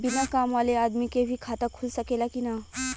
बिना काम वाले आदमी के भी खाता खुल सकेला की ना?